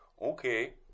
okay